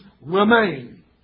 remain